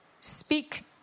speak